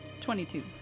Twenty-two